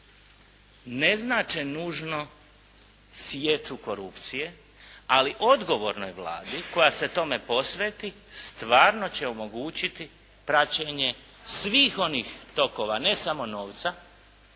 ne znače nužno sječu korupcije, ali odgovornoj Vladi koja se tome posveti stvarno će omogućiti praćenje svih onih tokova ne samo novca,